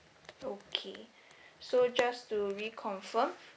okay so just to reconfirm